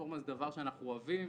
רפורמה זה דבר שאנחנו אוהבים